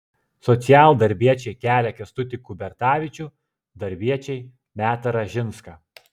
socialdarbiečiai kelia kęstutį kubertavičių darbiečiai metą ražinską